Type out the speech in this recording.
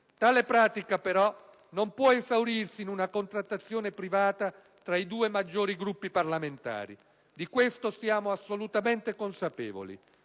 Tale pratica, però, non si può esaurire in una contrattazione privata tra i due maggiori Gruppi parlamentari. Di questo siamo assolutamente consapevoli.